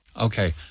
Okay